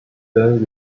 then